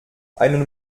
einen